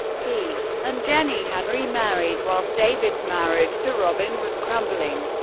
pete and jenny had remarried whilst david's marriage to robyn was crumbling.